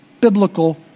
biblical